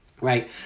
right